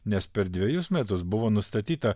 nes per dvejus metus buvo nustatyta